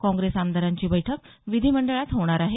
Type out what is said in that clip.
काँग्रेस आमदारांची बैठकही विधीमंडळात होणार आहे